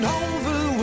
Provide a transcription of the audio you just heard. over